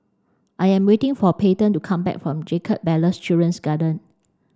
I am waiting for Payten to come back from Jacob Ballas Children's Garden